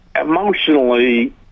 emotionally